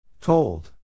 Told